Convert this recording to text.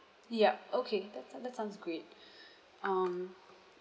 yup okay that that sounds great um